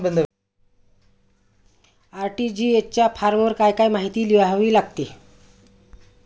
RTGS च्या फॉर्मवर काय काय माहिती लिहावी लागते?